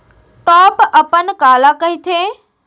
Top अपन काला कहिथे?